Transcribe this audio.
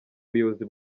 buyobozi